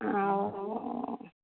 ଆଉ